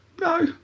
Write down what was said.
No